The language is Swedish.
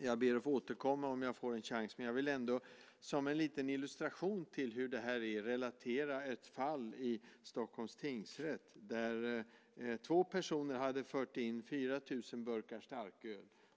Jag ber att få återkomma om jag får en chans, men jag vill ändå som en liten illustration till hur det är relatera ett fall i Stockholms tingsrätt. Två personer hade fört in 4 000 burkar starköl.